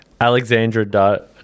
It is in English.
Alexandra